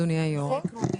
אדוני היושב ראש,